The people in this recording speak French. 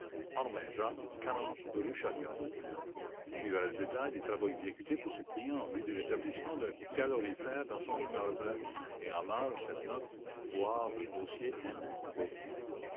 harmingeat rue chalgrin suivait le détail de travaux exécutés pour ce client en vue de l'installation d'un calorifère dans son immeuble rit en marge cette note voir le dossier m b